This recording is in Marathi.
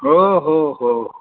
हो हो हो हो